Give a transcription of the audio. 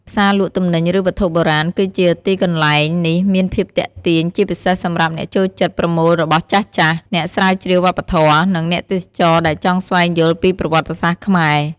ផ្សារលក់ទំនិញ ឬវត្ថុបុរាណ គឺជាទីកន្លែងនេះមានភាពទាក់ទាញជាពិសេសសម្រាប់អ្នកចូលចិត្តប្រមូលរបស់ចាស់ៗ អ្នកស្រាវជ្រាវវប្បធម៌ និងអ្នកទេសចរណ៍ដែលចង់ស្វែងយល់ពីប្រវត្តិសាស្ត្រខ្មែរ។